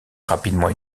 rapidement